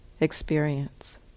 experience